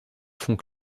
fond